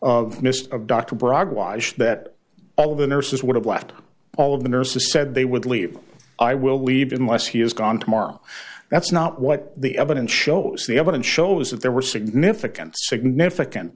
wash that all the nurses would have left all of the nurses said they would leave i will leave unless he is gone tomorrow that's not what the evidence shows the evidence shows that there were significant significant